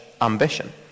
ambition